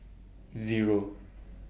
Zero